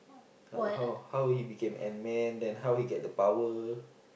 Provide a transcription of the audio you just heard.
uh how how he became ant man then how he get the power